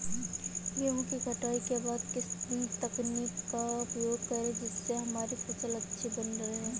गेहूँ की कटाई के बाद किस तकनीक का उपयोग करें जिससे हमारी फसल अच्छी बनी रहे?